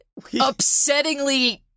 upsettingly